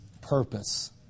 purpose